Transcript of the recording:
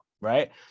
right